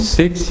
six